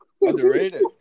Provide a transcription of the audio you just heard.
Underrated